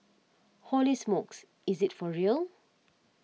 Holy smokes is this for real